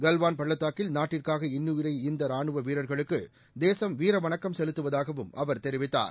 கால்வான் பள்ளத்தாக்கில் நாட்டிற்காக இன்னுயிரை ஈந்த ரானுவ வீரர்களுக்கு தேசம் வீரவணக்கம் செலுத்துவதாகவும் அவர் தெரிவித்தார்